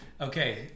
Okay